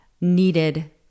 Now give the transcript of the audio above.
needed